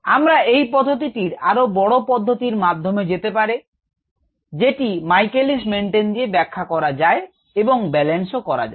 আমরা এই পদ্ধতিটির আরো বড় পদ্ধতির মাধ্যমে যেতে পারি যেটি Michaelis Menten দিয়ে ব্যাখ্যা করা যায় এবং ব্যালেন্সও করা যায়